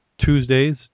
Tuesdays